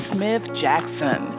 Smith-Jackson